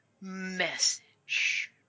message